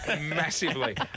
massively